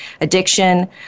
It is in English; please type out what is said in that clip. addiction